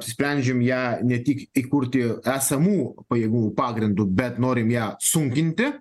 apsisprendžiam ją ne tik įkurti esamų pajėgų pagrindu bet norim ją sunkinti